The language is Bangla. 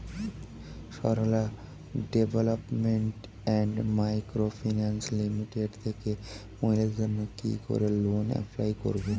Sarala development and micro finance limited থেকে মহিলাদের জন্য কি করে লোন এপ্লাই করব?